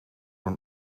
een